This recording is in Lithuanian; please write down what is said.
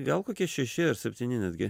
gal kokie šeši ar septyni netgi